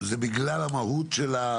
זה בגלל המהות של ה